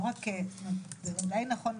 זה בוודאי נכון,